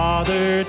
Father